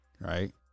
right